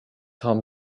home